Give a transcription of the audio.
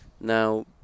now